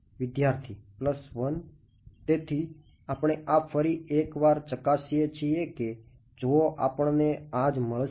વિદ્યાર્થી 1 તેથી આપણે આ ફરી એક વાર ચકાસીએ છીએ કે જો આપણને આ જ મળશે